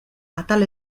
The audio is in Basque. atal